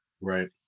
Right